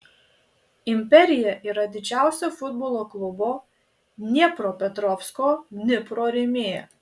imperija yra didžiausia futbolo klubo dniepropetrovsko dnipro rėmėja